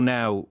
now